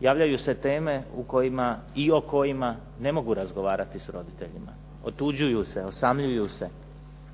javljaju se teme o kojima i o kojima ne mogu razgovarati s roditeljima. Otuđuju se, osamljuju se.